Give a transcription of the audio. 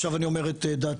עכשיו אני אומר את דעתי,